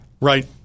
Right